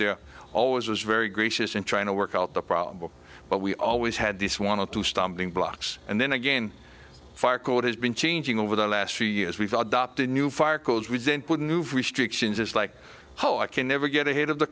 there always was very gracious in trying to work out the problem but we always had this one or two stumbling blocks and then again fire code has been changing over the last few years we've adopted new fire codes resent with new for restrictions it's like whoa i can never get ahead of the